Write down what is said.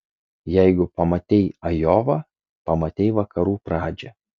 jeigu pamatei ajovą pamatei vakarų pradžią